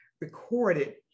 recorded